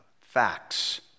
facts